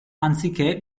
anziché